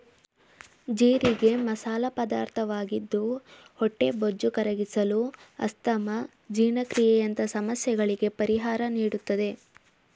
ಜೀರಿಗೆ ಮಸಾಲ ಪದಾರ್ಥವಾಗಿದ್ದು ಹೊಟ್ಟೆಬೊಜ್ಜು ಕರಗಿಸಲು, ಅಸ್ತಮಾ, ಜೀರ್ಣಕ್ರಿಯೆಯಂತ ಸಮಸ್ಯೆಗಳಿಗೆ ಪರಿಹಾರ ನೀಡುತ್ತದೆ